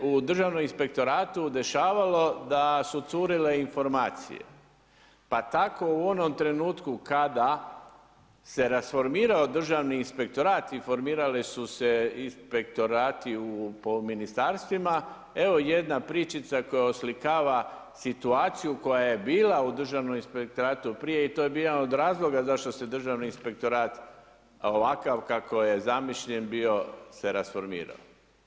Također se u Državnom inspektoratu dešavalo d su curile informacije pa tako u onom trenutku kada se rasformirao Državni inspektorat i formirali su se inspektorati po ministarstvima, evo jedna pričica koja oslikava situaciju koja je bila u Državnom inspektoratu prije i to je bio jedan od razloga zašto se Državni inspektorat ovakav kako je zamišljen bio se rasformirao.